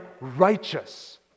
righteous